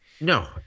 No